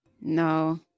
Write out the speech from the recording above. No